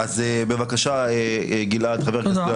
בבקשה גלעד, חבר הכנסת.